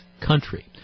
country